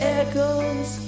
echoes